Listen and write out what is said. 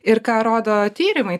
ir ką rodo tyrimai